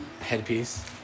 headpiece